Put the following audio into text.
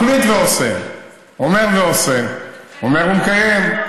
מחליט ועושה, אומר ועושה, אומר ומקיים.